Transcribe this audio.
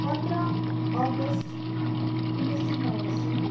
पन्ध्र अगस्ट उन्नाइस सय नवासी